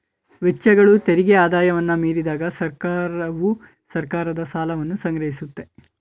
ವೆಚ್ಚಗಳು ತೆರಿಗೆ ಆದಾಯವನ್ನ ಮೀರಿದಾಗ ಸರ್ಕಾರವು ಸರ್ಕಾರದ ಸಾಲವನ್ನ ಸಂಗ್ರಹಿಸುತ್ತೆ